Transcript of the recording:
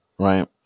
Right